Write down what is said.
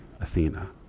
Athena